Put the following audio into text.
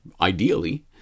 ideally